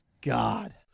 God